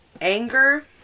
anger